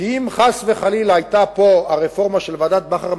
כי לו חס וחלילה הצליחה פה הרפורמה של ועדת-בכר,